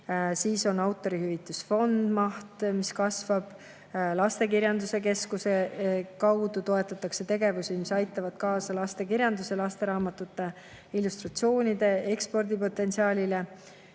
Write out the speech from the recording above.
Autorihüvitusfondi maht kasvab. Lastekirjanduse keskuse kaudu toetatakse tegevusi, mis aitavad kaasa lastekirjanduse ja lasteraamatute illustratsioonide ekspordipotentsiaalile.